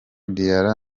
diarra